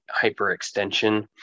hyperextension